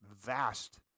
vast